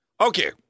Okay